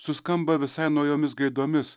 suskamba visai naujomis gaidomis